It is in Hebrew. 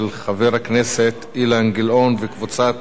של חבר הכנסת אילן גילאון וקבוצת